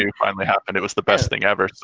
and finally happened, it was the best thing ever.